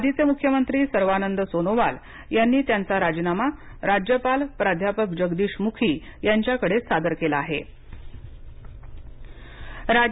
आधीचे मुख्यमंत्री सर्वानंद सोनोवाल यांनी त्यांचा राजीनामा राज्यपाल प्राध्यापक जगदीश मुखी यांच्याकडे सादर केला कोरोना आकडेवारी राज्य